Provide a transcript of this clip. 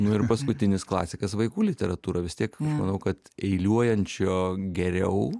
nu ir paskutinis klasikas vaikų literatūra vis tiek manau kad eiliuojančio geriau